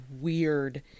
weird